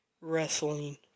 wrestling